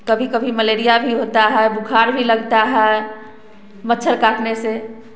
कभी कभी मलेरिया भी होता है बुखार भी लगता है मच्छर काटने से